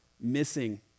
missing